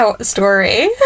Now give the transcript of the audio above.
story